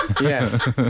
Yes